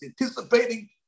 anticipating